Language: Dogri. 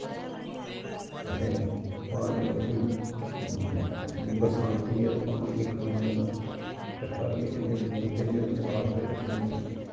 असें पाने उस्सी बरसांती जेह्ड़ा पानी निं खड़ोन देना कट्ठा इक इ'यां गह्ड्डे च साफ सफाई रक्खनी